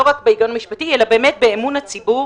רק בהיגיון משפטי אלא באמון הציבור.